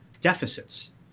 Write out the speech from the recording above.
deficits